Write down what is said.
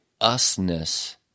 usness